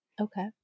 Okay